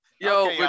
Yo